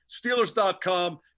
Steelers.com